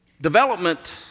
development